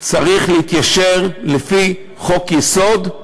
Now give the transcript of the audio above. צריך להתיישר לפי חוק-יסוד,